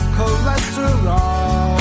Cholesterol